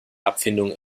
abfindung